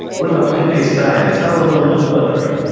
what about plant based diets, how do i lower my blood pressure,